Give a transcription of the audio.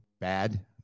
bad